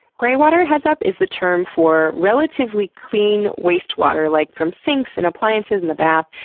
greywater heads up, is the term for relatively clean waste water like from sinks, and appliances, and the bath.